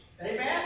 Amen